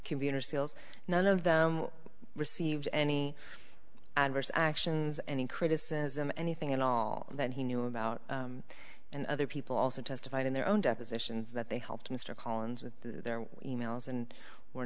computer skills none of them received any adverse actions any criticism anything at all that he knew about and other people also testified in their own depositions that they helped mr collins with their e mails and were